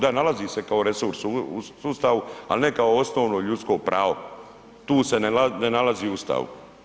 Da nalazi se kao resurs u Ustavu, al ne kao osnovno ljudsko pravo, to se ne nalazi u Ustavu.